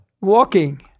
Walking